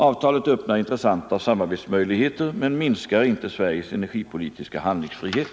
Avtalet öppnar intressanta samarbetsmöjligheter men minskar inte Sveriges energipolitiska handlingsfrihet.